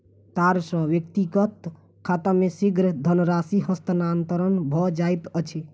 तार सॅ व्यक्तिक खाता मे शीघ्र धनराशि हस्तांतरण भ जाइत अछि